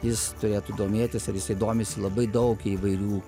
jis turėtų domėtis ir jisai domisi labai daug įvairių